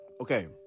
Okay